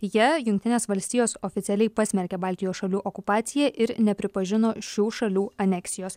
ja jungtinės valstijos oficialiai pasmerkė baltijos šalių okupaciją ir nepripažino šių šalių aneksijos